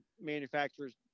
manufacturers